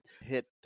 hit